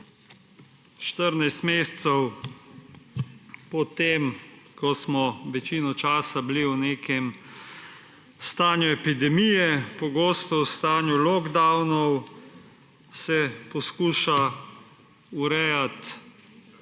mesecev po tem, ko smo večino časa bili v nekem stanju epidemije, pogosto stanju lockdownov, se poskuša urejati